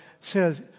says